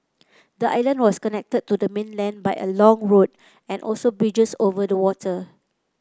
the island was connected to the mainland by a long road and also bridges over the water